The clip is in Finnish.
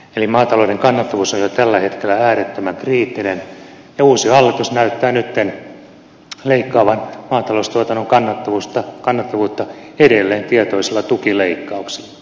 eli maatalouden kannattavuus on jo tällä hetkellä äärettömän kriittinen ja uusi hallitus näyttää nyt leikkaavan maataloustuotannon kannattavuutta edelleen tietoisilla tukileikkauksilla